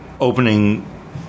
opening